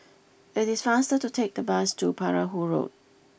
it is faster to take the bus to Perahu Road